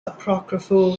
apocryphal